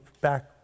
back